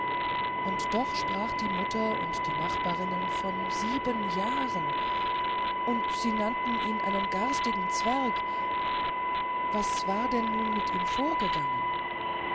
und doch sprachen die mutter und die nachbarinnen von sieben jahren und sie nannten ihn einen garstigen zwerg was war denn nun mit ihm vorgegangen